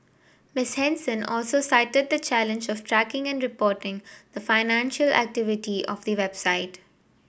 Miss Henson also cited the challenge of tracking and reporting the financial activity of the website